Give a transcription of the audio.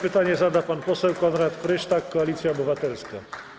Pytanie zada pan poseł Konrad Frysztak, Koalicja Obywatelska.